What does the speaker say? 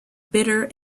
bitter